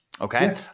Okay